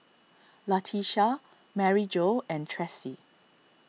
Latesha Maryjo and Tressie